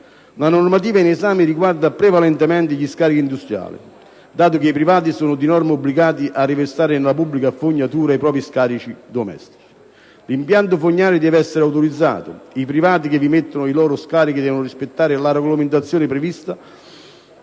La normativa in esame riguarda prevalentemente gli scarichi industriali, dato che i privati sono di norma obbligati a riversare nella pubblica fognatura i propri scarichi domestici. L'impianto fognario deve essere autorizzato e i privati che vi immettono i loro scarichi devono rispettare la regolamentazione prevista